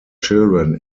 children